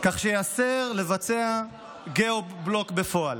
כך שייאסר לבצע Geo block בפועל.